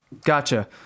Gotcha